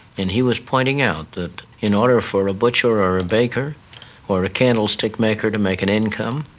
and he was pointing out that in order for a butcher, or a baker or a candlestick maker to make an income,